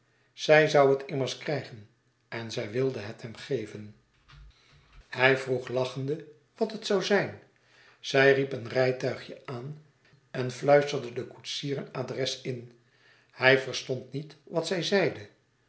zij zoû het immers krijgen en zij wilde het hem geven hij vroeg lachende wat het zoû zijn zij riep een rijtuigje aan en fluisterde den koetsier een adres in hij verstond niet wat zij zeide